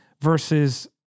versus